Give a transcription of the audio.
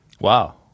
Wow